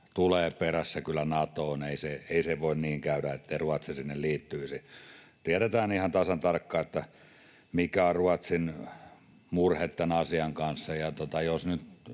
kyllä perässä sinne Natoon. Ei voi niin käydä, ettei Ruotsi sinne liittyisi. Tiedetään ihan tasan tarkkaan, mikä on Ruotsin murhe tämän asian kanssa.